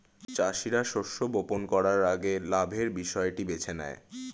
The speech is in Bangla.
চাষীরা শস্য বপন করার আগে লাভের বিষয়টি বেছে নেয়